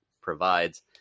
provides